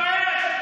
אתה לא מתבייש?